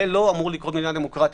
זה לא אמור לקרות במדינה דמוקרטית.